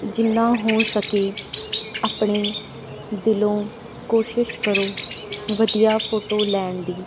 ਜਿੰਨਾ ਹੋ ਸਕੇ ਆਪਣੇ ਦਿਲੋਂ ਕੋਸ਼ਿਸ਼ ਕਰੋ ਵਧੀਆ ਫੋਟੋ ਲੈਣ ਦੀ